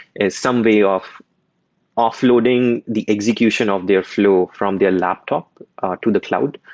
is some way of offloading the execution of their flow from their laptop to the cloud,